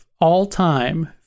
all-time